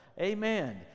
Amen